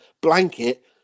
blanket